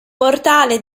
portale